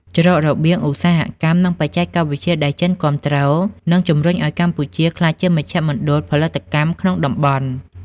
ច្រករបៀងឧស្សាហកម្ម និងបច្ចេកវិទ្យាដែលចិនគាំទ្រ នឹងជំរុញឱ្យកម្ពុជាក្លាយជាមជ្ឈមណ្ឌលផលិតកម្មក្នុងតំបន់។